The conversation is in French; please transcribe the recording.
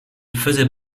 faisait